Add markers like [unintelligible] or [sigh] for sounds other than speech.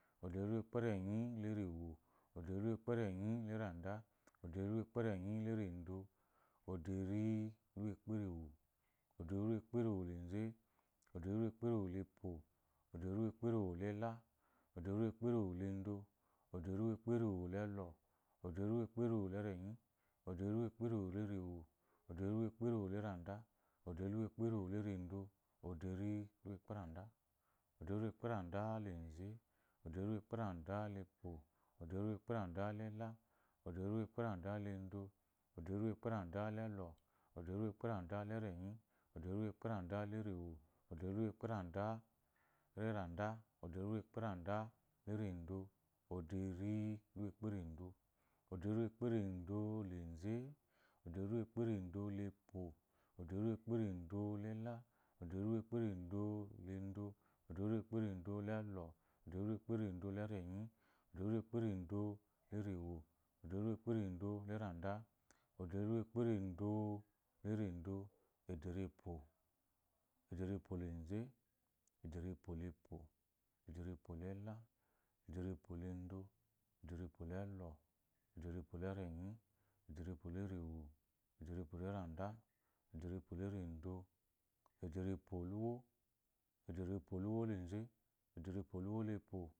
Oderiukperenyi lerewo, oderiukperenyileranda, oderiukperenyilerando, oderiukperenyi perewo, oderiukperenyilendo leze, oderiukperenyilepo, oderiukperenyilela, oderi, [unintelligible] oderiukperenyilela, oderiukperenyi, oderiukperewo, oderiukperewo, oderiukperewolerenyi, oderiukpereworendo, oderiukpereworendo, oderiukperewo, oderiukpereda, oderiukperedaleze, oderiukperedalepo, oderiukperedalela, oderiukperedalendo, oderiukperedalelo, oderiukperedalerenyi, oderiukperedalerewo, oderiukperedalaranda, oderiukperedalerendo, oderiukperedaleze, lelelɔ, oderiukperedalndo, oderiukpereda, oderiukperedalepo, oderiukperedalela, oderiukpereda lerenyi, oderiukperedo, oderiukperedolerewo, oderiukerendo randa, oderiukperedorando, ederiepo, ederiepo, ederiepoleze, ederiepolepo, ederiepolela, ederiepolando, ederiepolelɔ, ederiepolerenyi, ederiepowo, ederieporanda, ederiepolerendo, ederiepoluwo, ederiepowoleze, ederiepowolpo